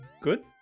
good